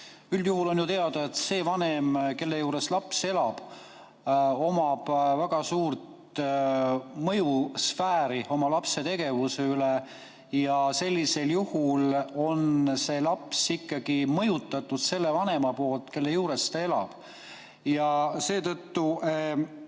Üldjuhul on ju teada, et see vanem, kelle juures laps elab, omab väga suurt mõjusfääri oma lapse tegevuse üle ja sellisel juhul on see laps ikkagi mõjutatud selle vanema poolt, kelle juures ta elab. Seetõttu